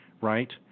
right